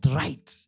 right